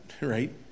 right